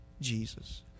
Jesus